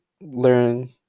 learn